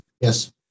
Yes